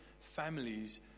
families